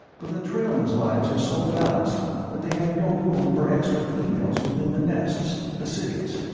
but the trailmen's lives are so balanced that they have no room for extra females within the nests the cities.